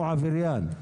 הוא עבריין.